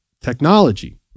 technology